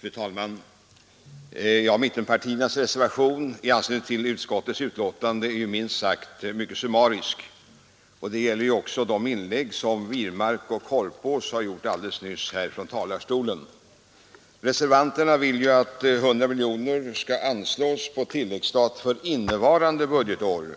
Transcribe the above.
Fru talman! Mittenpartiernas reservation, som behandlas i utrikesutskottets förevarande betänkande, är minst sagt summarisk. Detta gäller också om de inlägg som herr Wirmark och herr Korpås gjorde alldeles nyss från denna talarstol. Reservanterna vill att 100 miljoner kronor skall anslås på tilläggsstat för innevarande budgetår,